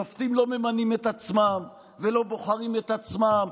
שופטים לא ממנים את עצמם ולא בוחרים את עצמם,